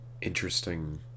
interesting